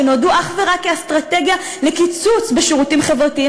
שנולדו אך ורק כאסטרטגיה לקיצוץ בשירותים חברתיים,